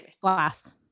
Glass